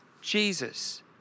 Jesus